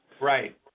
Right